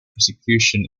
prosecution